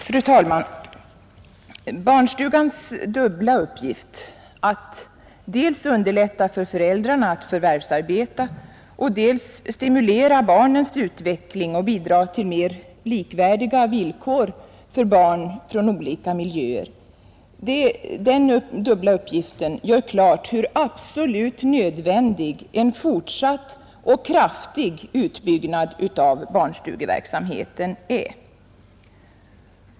Fru talman! Barnstugans dubbla uppgift — att dels underlätta för föräldrarna att förvärvsarbeta och dels stimulera barnens utveckling och bidra till mer likvärdiga villkor för barn från olika miljöer — gör klart hur absolut nödvändig en fortsatt och kraftig utbyggnad av barnstugeverksamheten är.